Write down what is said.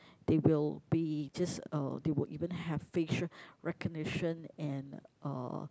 they will be just uh they will even have facial recognition and uh